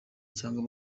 cyangwa